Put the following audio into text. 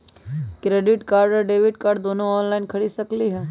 Credit card और debit card दोनों से ऑनलाइन खरीद सकली ह?